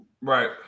Right